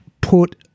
put